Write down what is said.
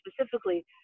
specifically